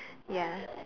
ya